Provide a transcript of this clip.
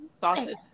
Sausage